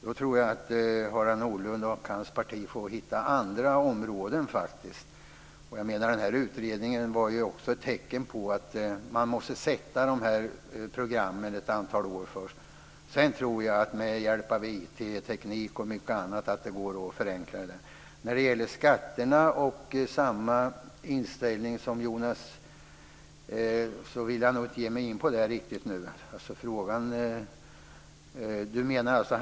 Jag tror att Harald Nordlund och hans parti får hitta andra områden. Utredningen var ju också ett tecken på att detta med programmen först måste få sätta sig ett antal år. Sedan tror jag att det med hjälp av IT och mycket annat går att åstadkomma förenklingar. Skatterna och det här med samma inställning som Jonas Ringqvist är något som jag inte riktigt vill ge mig in på.